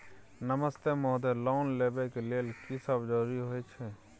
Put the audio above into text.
नमस्ते महोदय, लोन लेबै के लेल की सब जरुरी होय छै?